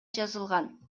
жазылган